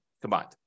combined